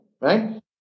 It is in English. right